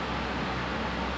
ya seh oh my god